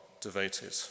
devoted